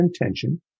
intention